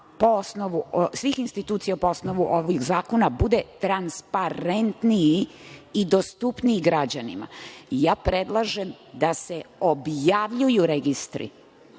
svih institucija po osnovu ovih zakona bude transparentniji i dostupniji građanima. Predlažem da se objavljuju registri,